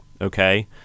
Okay